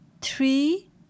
three